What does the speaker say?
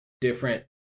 different